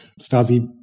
Stasi